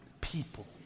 people